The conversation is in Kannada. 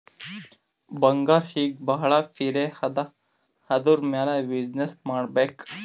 ಬಂಗಾರ್ ಈಗ ಭಾಳ ಪಿರೆ ಅದಾ ಅದುರ್ ಮ್ಯಾಲ ಬಿಸಿನ್ನೆಸ್ ಮಾಡ್ಬೇಕ್